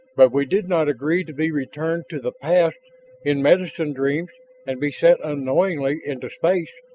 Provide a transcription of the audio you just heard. but we did not agree to be returned to the past in medicine dreams and be sent unknowingly into space!